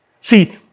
See